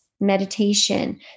meditation